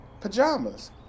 pajamas